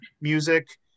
music